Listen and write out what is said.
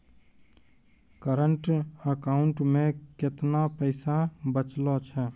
Current account मे केतना पैसा बचलो छै?